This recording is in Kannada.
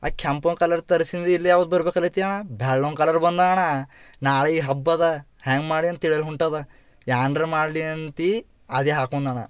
ಆ ಕೆಂಪನ್ ಕಲರ್ ತರಿಸಿಂದು ಇಲ್ಯಾವ್ದು ಬರಬೇಕಲ್ಲತ್ತಿ ಅಣ್ಣ ಬೆಳ್ಳನ್ ಕಲರ್ ಬಂದವ ಅಣ್ಣ ನಾಳೆ ಹಬ್ಬ ಅದ ಹ್ಯಾಂಗೆ ಮಾಡಿ ಅಂತ ತಿಳಿಯಲ್ಲ ಹೊಂಟದ ಏನ್ರೂ ಮಾಡಲಿ ಅಂತೀ ಅದೇ ಹಾಕೊಂಡಣ್ಣ